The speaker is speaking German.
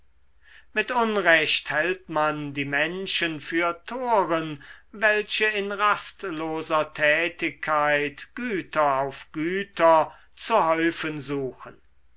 mit unrecht hält man die menschen für toren welche in rastloser tätigkeit güter auf güter zu häufen suchen